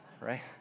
right